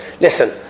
listen